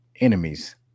enemies